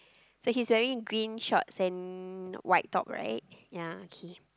so he's wearing green shorts and white top right ya okay